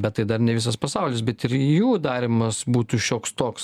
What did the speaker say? bet tai dar ne visas pasaulis bet ir jų darymas būtų šioks toks